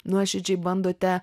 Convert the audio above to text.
nuoširdžiai bandote